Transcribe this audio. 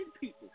people